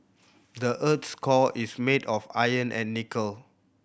the earth's core is made of iron and nickel